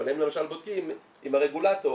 אבל הם למשל בודקים עם הרגולטור,